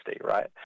right